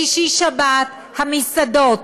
בשישי-שבת המסעדות,